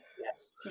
Yes